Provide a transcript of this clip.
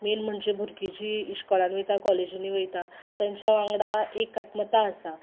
main म्हणजे भुरगीं जीं इस्कोलान वयता कॉलेजींनी वयता तेंच्या वांगडा एकात्मता आसा